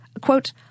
Quote